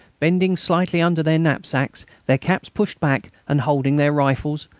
bending slightly under their knapsacks, their caps pushed back and holding their rifles,